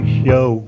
show